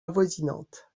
avoisinantes